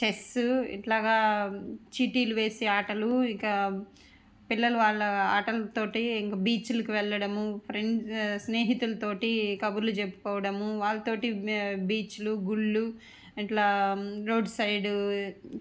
chess ఇలా చీటీలు వేసే ఆటలు ఇంకా పిల్లలు వాళ్ళ ఆటలతో ఇంకా బీచ్చులకి వెళ్ళడము ఫ్రెం స్నేహితుల తోటి కబుర్లు చెప్పుకోవడం వాళ్ళతో బీచ్లు గుళ్ళు ఇట్ల రోడ్ సైడ్